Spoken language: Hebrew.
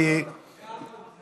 כי מאה אחוז.